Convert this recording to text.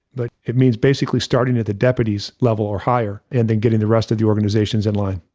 but it means basically starting at the deputies level or higher, and then getting the rest of the organizations in line.